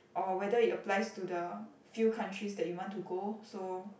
or whether it applies to the few countries that you want to go so